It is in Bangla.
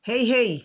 হেই হেই